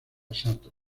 sato